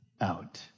out